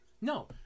No